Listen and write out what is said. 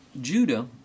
Judah